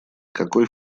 какой